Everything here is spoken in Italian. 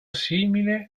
simile